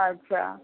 अच्छा